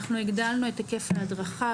אנחנו הגדלנו את היקף ההדרכה,